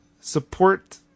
support